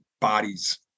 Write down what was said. bodies